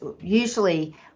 usually